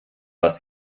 was